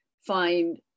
find